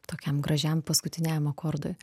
tokiam gražiam paskutiniajam akordui